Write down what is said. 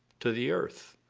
to the earth.